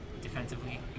defensively